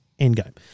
Endgame